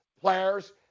players